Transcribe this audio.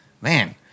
man